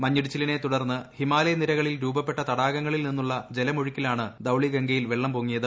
മഞ്ഞിടിച്ചിലിനെ തുടർന്ന് ഹിമാലയ നിരകളിൽ രൂപപ്പെട്ട തടാകത്തിൽ നിന്നുള്ള ജല്മൊഴുക്കിലാണ് ദൌളിഗംഗയിൽ വെള്ളം പൊങ്ങിയത്